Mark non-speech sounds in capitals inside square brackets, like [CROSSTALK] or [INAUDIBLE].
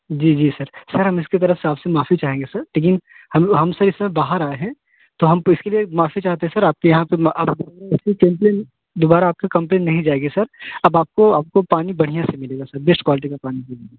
जी जी sir sir हम इसके तरफ से आपसे माफ़ी चाहेंगे सर लेकिन हम लो हम सर इस समय बाहर आए हैं तो हम तो इसके लिए माफ़ी चाहते हैं सर आपके यहाँ पर म [UNINTELLIGIBLE] कंप्लेन दोबारा आपका कंप्लेन नहीं जाएगी सर अब आपको आपको पानी बढ़िया से मिलेगा सर बेस्ट क्वालटी का पानी मिलेगा